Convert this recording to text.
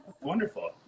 Wonderful